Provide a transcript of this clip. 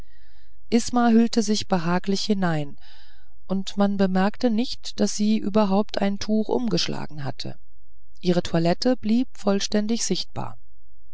isma hüllte sich behaglich hinein und man bemerkte nicht daß sie überhaupt ein tuch umgeschlagen hatte ihre toilette blieb vollständig sichtbar